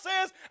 says